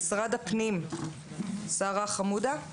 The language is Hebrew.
אגיד משהו שאני באמת מקווה ומייחלת,